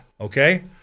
okay